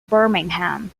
birmingham